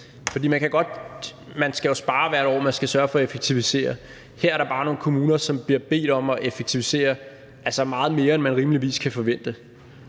Man skal jo spare hvert år, og man skal sørge for at effektivisere. Her er der bare nogle kommuner, som bliver bedt om at effektivisere meget mere, end man rimeligvis kan forvente,